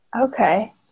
Okay